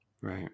Right